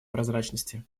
прозрачности